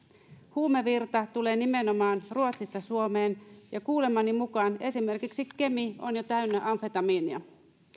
huumevirta tulee nimenomaan ruotsista suomeen ja kuulemani mukaan esimerkiksi kemi on jo täynnä amfetamiinia